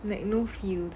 like no field